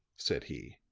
said he.